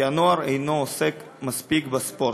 כי הנוער אינו עוסק מספיק בספורט.